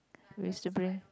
used to bring